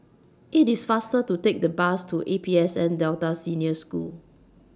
IT IS faster to Take The Bus to A P S N Delta Senior School